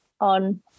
on